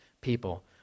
people